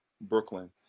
Brooklyn